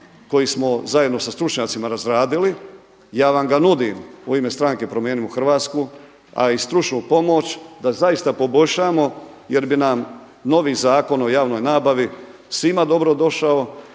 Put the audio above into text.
koji smo zajedno sa stručnjacima razradili, ja vam ga nudim u ime stranke Promijenimo Hrvatsku, a i stručnu pomoć da zaista poboljšamo jer bi nam novi Zakon o javnoj nabavi svima dobrodošao,